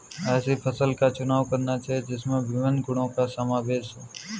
ऐसी फसल का चुनाव करना चाहिए जिसमें विभिन्न गुणों का समावेश हो